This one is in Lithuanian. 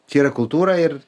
čia yra kultūra ir